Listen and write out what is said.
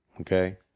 okay